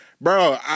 bro